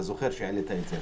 אתה זוכר שהעלית את זה.